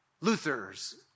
Luther's